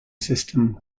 system